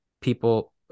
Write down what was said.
people